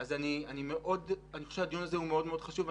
אז אני חושב שהדיון הזה מאוד מאוד חשוב.